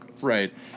Right